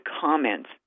comments